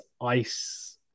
ice